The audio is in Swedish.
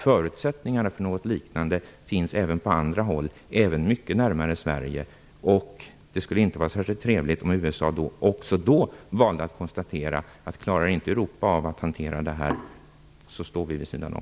Förutsättningarna för något liknande finns även på andra håll, även mycket närmare Sverige. Det skulle inte vara särskilt trevligt om USA också då valde att konstatera att man, om inte Europa klarar av att hantera situationen, står vid sidan om.